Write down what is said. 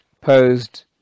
posed